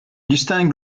distingue